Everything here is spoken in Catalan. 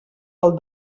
del